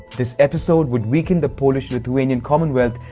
this episode would weaken the polish-lithuanian commonwealth,